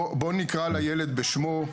בוא נקרא לילד בשמו.